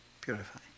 Purify